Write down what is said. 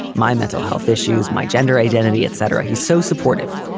my mental health issues, my gender identity, etc. he's so supportive.